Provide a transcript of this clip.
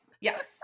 yes